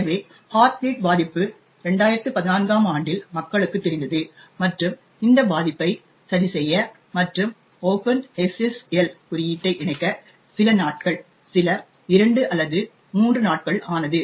எனவே Heartbleed பாதிப்பு 2014 ஆம் ஆண்டில் மக்களுக்குத் தெரிந்தது மற்றும் இந்த பாதிப்பை சரிசெய்ய மற்றும் Open SSL குறியீட்டை இணைக்க சில நாட்கள் சில 2 அல்லது 3 நாட்கள் ஆனது